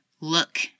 Look